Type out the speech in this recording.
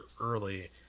early